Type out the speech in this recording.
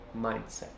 mindset